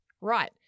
right